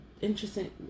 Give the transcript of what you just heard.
interesting